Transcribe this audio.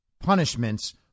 punishments